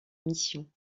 missions